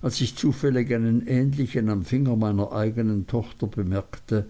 als ich zufällig einen ähnlichen am finger meiner eignen tochter bemerkte